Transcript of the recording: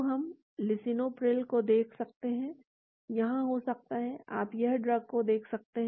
तो हम लिसिनोप्रिल को देख सकते हैं यहाँ हो सकता है आप यहाँ ड्रग को देख सकते हैं